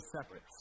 separate